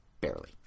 Barely